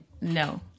no